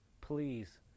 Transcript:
please